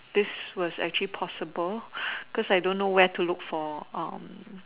this was actually possible because I don't know where to look for um